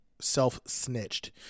self-snitched